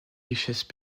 richesses